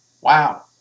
Wow